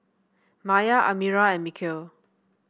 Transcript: Maya Amirah and Mikhail